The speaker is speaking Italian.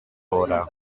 ora